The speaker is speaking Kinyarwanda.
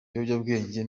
ibiyobyabwenge